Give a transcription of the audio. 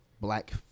black